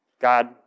God